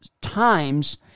times